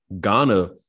Ghana